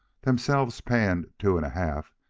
themselves panned two and a half,